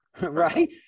right